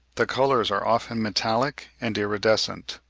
the colours are often metallic and iridescent.